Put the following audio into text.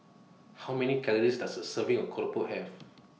How Many Calories Does A Serving of Keropok Have